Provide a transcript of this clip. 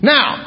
Now